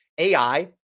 AI